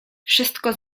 wszystko